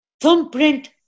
thumbprint